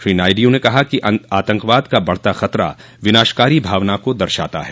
श्री नायडू ने कहा कि आतंकवाद का बढ़ता खतरा विनाशकारी भावना को दर्शाता है